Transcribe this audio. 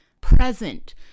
present